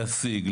להשיג,